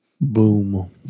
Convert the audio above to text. Boom